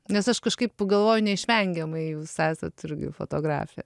nes aš kažkaip pagalvojau neišvengiamai jūs esat irgi fotografė